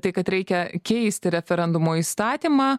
tai kad reikia keisti referendumo įstatymą